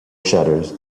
shutters